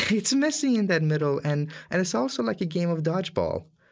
it's messy in that middle, and and it's also like a game of dodge ball.